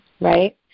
right